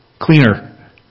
cleaner